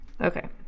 okay